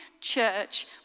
church